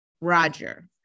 Roger